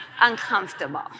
Uncomfortable